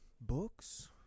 books